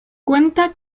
cuenta